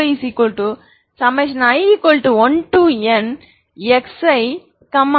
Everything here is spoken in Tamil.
Yi1nxiyi